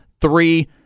three